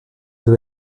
doit